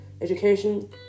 education